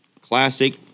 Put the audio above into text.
classic